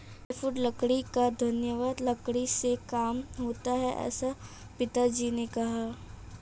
softwood लकड़ी का घनत्व लकड़ी से कम होता है ऐसा पिताजी ने कहा